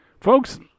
Folks